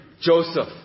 Joseph